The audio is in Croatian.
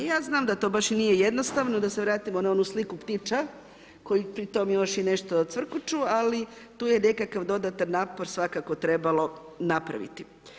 Ja znam da to baš i nije jednostavno, da se vratimo na onu sliku ptića koji pritom još i nešto odcvrkuću, ali tu je nekakav dodatan napor svakako trebalo napraviti.